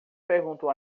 perguntou